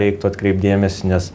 reiktų atkreipt dėmesį nes